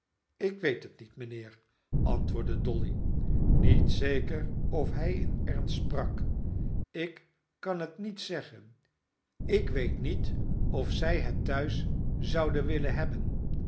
ik weet het niet mijnheer antwoordde dolly niet zeker of hij in ernst sprak ik kan het niet zeggen ik weet niet of zij het thuis zouden willen hebben